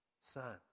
Son